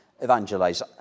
evangelize